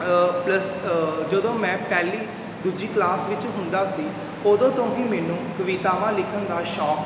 plus ਜਦੋਂ ਮੈਂ ਪਹਿਲੀ ਦੂਜੀ ਕਲਾਸ ਵਿੱਚ ਹੁੰਦਾ ਸੀ ਉਦੋਂ ਤੋਂ ਹੀ ਮੈਨੂੰ ਕਵਿਤਾਵਾਂ ਲਿਖਣ ਦਾ ਸ਼ੌਂਕ